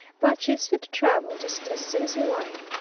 but she is fit to travel just as soon as you like.